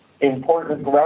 important